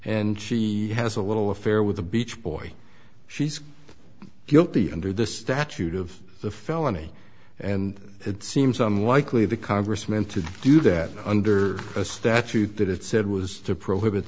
and she has a little affair with the beach boy she's guilty under the statute of the felony and it seems unlikely the congress meant to do that under a statute that it said was to prohibit